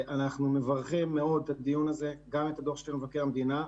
אנחנו מברכים מאוד על הדיון הזה ועל הדוח של מבקר המדינה.